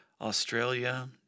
australia